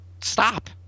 stop